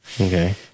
okay